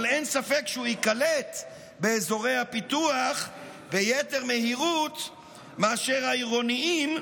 אבל אין ספק שהוא ייקלט באזורי הפיתוח ביתר מהירות מאשר העירוניים,